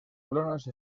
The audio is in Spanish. colonos